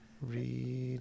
read